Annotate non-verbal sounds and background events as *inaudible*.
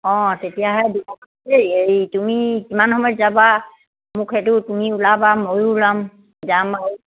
অঁ তেতিয়াহে *unintelligible* এই তুমি কিমান সময়ত যাবা মোক সেইটো তুমি ওলাবা ময়ো ওলাম যাম আৰু